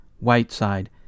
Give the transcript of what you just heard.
Whiteside